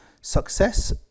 success